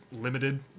limited